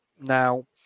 now